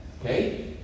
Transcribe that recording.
Okay